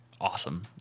Awesome